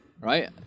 right